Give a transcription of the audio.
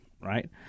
Right